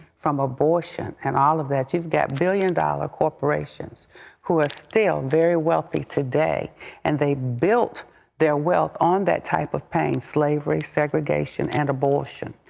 from abortion and all of that. you have billion dollar corporations who are still very wealthy today and they built their wealth on that type of pain, slavery, segregation and abortion.